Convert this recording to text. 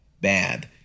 bad